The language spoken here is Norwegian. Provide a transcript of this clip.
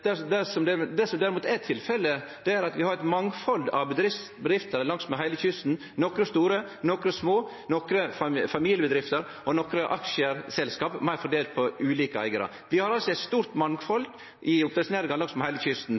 er kort og godt ikkje korrekt. Det som derimot er tilfellet, er at vi har eit mangfald av bedrifter langsmed heile kysten, nokre store, nokre små, nokre familiebedrifter og nokre aksjeselskap meir fordelte på ulike eigarar. Vi har altså eit stort mangfald i oppdrettsnæringa langsmed heile kysten.